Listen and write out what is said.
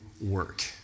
work